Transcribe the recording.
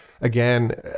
again